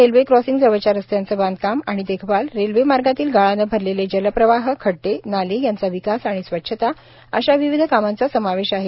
railway crossing जवळच्या रस्त्यांचे बांधकाम आणि देखभाल रेल्वेमार्गातील गाळाने भरलेले जलप्रवाह खड्डे नाले यांचा विकास आणि स्वच्छता अश्या विविध कामांचा समावेश आहे